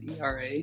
ERA